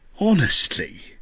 Honestly